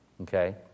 okay